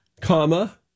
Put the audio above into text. comma